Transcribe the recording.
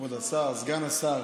כבוד השר, סגן השר,